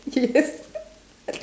yes